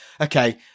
okay